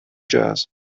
jazz